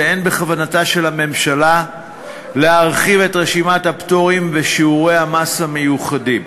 ואין בכוונתה של הממשלה להרחיב את רשימת הפטורים ושיעורי המס המיוחדים.